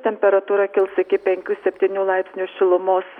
temperatūra kils iki penkių septynių laipsnių šilumos